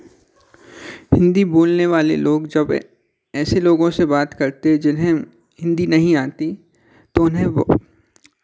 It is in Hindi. हिन्दी बोलने वाले लोग जब ऐसे लोगों से बात करते हैं जिन्हे हिन्दी नहीं आती तो उन्हें वो